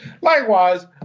Likewise